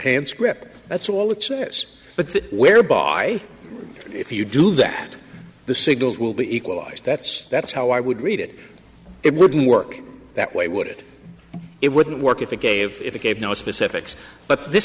hands grip that's all it is but that whereby if you do that the signals will be equalized that's that's how i would read it it wouldn't work that way would it it wouldn't work if it gave it gave no specifics but this